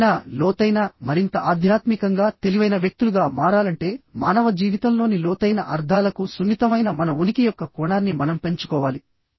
మెరుగైన లోతైన మరింత ఆధ్యాత్మికంగా తెలివైన వ్యక్తులుగా మారాలంటే మానవ జీవితంలోని లోతైన అర్థాలకు సున్నితమైన మన ఉనికి యొక్క కోణాన్ని మనం పెంచుకోవాలి